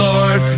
Lord